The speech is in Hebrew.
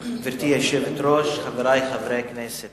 גברתי היושבת-ראש, חברי חברי הכנסת,